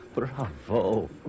Bravo